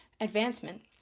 advancement